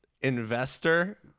Investor